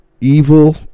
evil